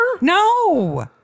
No